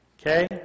Okay